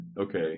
okay